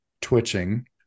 twitching